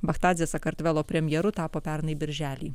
bachtadzė sakartvelo premjeru tapo pernai birželį